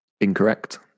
Incorrect